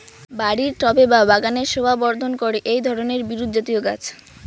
বাড়ির টবে বা বাগানের শোভাবর্ধন করে এই ধরণের বিরুৎজাতীয় গাছ